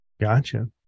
gotcha